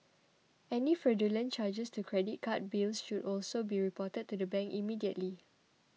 any fraudulent charges to credit card bills should also be reported to the bank immediately